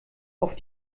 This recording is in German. auf